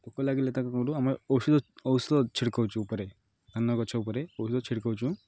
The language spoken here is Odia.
ପୋକ ଲାଗିଲେ ତାକୁ ଆମେ ଔଷଧ ଔଷଧ ଛିଡ଼୍କଉଚୁ ଉପରେ ଧାନ ଗଛ ଉପରେ ଔଷଧ ଛିଡ଼୍କଉଛୁ